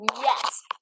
yes